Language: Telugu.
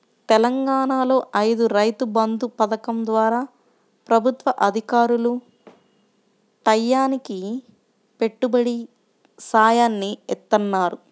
తెలంగాణాలో ఐతే రైతు బంధు పథకం ద్వారా ప్రభుత్వ అధికారులు టైయ్యానికి పెట్టుబడి సాయాన్ని ఇత్తన్నారు